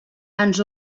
ens